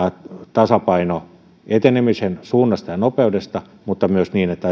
tasapaino etenemisen suunnassa ja nopeudessa mutta myös niin että